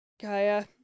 Gaia